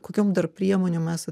kokiom dar priemonėm esat